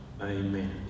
Amen